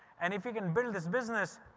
and if we can build this business,